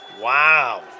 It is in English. Wow